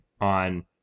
on